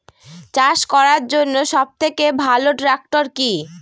চাষ করার জন্য সবথেকে ভালো ট্র্যাক্টর কি?